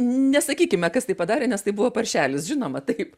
nesakykime kas tai padarė nes tai buvo paršelis žinoma taip